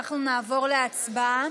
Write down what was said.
אנחנו נעבור להצבעה.